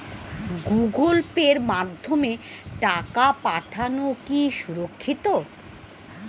Google পের মাধ্যমে টাকা পাঠানোকে সুরক্ষিত?